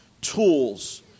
tools